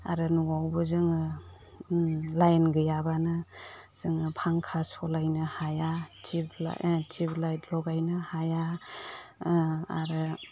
आरो न'आवबो जोङो लाइन गैयाब्लानो जोङो फांखा सालायनो हाया टिउब लाइट लगायनो हाया आरो